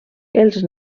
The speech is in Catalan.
els